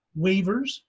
waivers